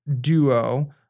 Duo